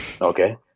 Okay